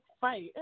fight